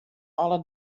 alle